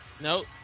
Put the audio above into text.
Nope